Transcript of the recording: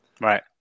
Right